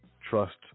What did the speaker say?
trust